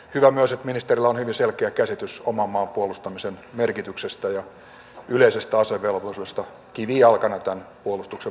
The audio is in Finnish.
hyvä myös että ministerillä on hyvin selkeä käsitys oman maan puolustamisen merkityksestä ja yleisestä asevelvollisuudesta kivijalkana tämän puolustuksen mahdollistamisessa